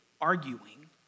arguing